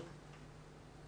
ותקציבים.